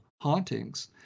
hauntings